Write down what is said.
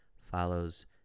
follows